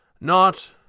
Not